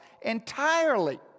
entirely